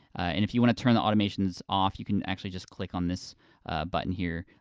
and if you wanna turn the automations off, you can actually just click on this button here,